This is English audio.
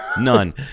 None